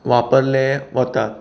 वापरले वतात